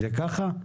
זה ככה?